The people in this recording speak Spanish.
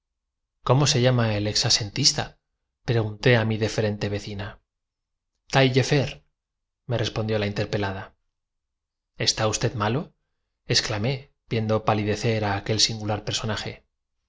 cómo se llama el exasentista pregunté a mi deferente vecina en todas partes despojáronse de algunas de esas preocupaciones a las tailleferme respondió la interpelada cuales permanecemos tanto tiempo fieles en pro de los monumentos y está usted malo exclamé viendo palidecer a aquel singular per